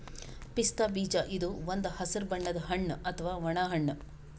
ಪಿಸ್ತಾ ಬೀಜ ಇದು ಒಂದ್ ಹಸ್ರ್ ಬಣ್ಣದ್ ಹಣ್ಣ್ ಅಥವಾ ಒಣ ಹಣ್ಣ್